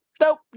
nope